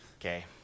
Okay